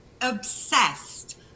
obsessed